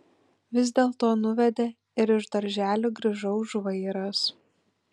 vis dėlto nuvedė ir iš darželio grįžau žvairas